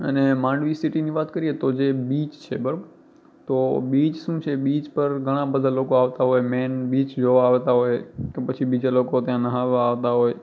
અને માંડવી સિટીની વાત કરીએ તો જે બીચ છે બરાબર તો બીચ શું છે બીચ પર ઘણા બધા લોકો આવતાં હોય મેઇન બીચ જોવા આવતાં હોય કે પછી બીજા લોકો ત્યાં નાહવા આવતા હોય